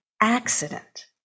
accident